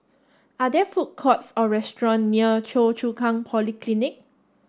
are there food courts or restaurants near Choa Chu Kang Polyclinic